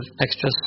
extra